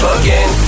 again